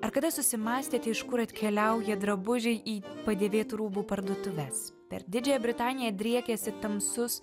ar kada susimąstėte iš kur atkeliauja drabužiai į padėvėtų rūbų parduotuves per didžiąją britaniją driekiasi tamsus